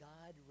God